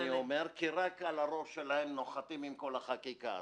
אני אומר אומללים כי רק על הראש שלהם נוחתים עם כל החקיקה הזאת.